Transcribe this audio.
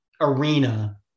arena